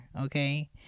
okay